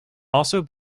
also